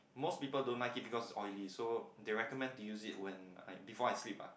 most people don't like it because it's oily so they recommend to use it when I before I sleep ah